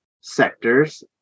sectors